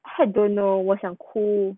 !huh! I don't know 我想哭